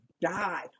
die